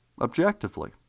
Objectively